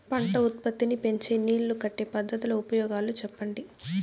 పంట ఉత్పత్తి నీ పెంచే నీళ్లు కట్టే పద్ధతుల ఉపయోగాలు చెప్పండి?